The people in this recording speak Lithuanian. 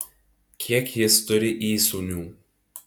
kiek jis turi įsūnių